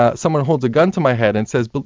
ah someone holds a gun to my head and says, but